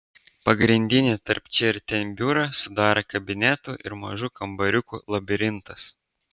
pagrindinį tarp čia ir ten biurą sudarė kabinetų ir mažų kambariukų labirintas